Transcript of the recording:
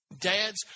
Dads